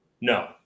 No